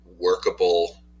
workable